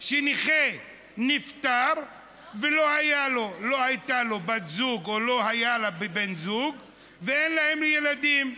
שנכה נפטר ולא הייתה לו בת זוג או לא היה לה בן זוג ואין להם ילדים.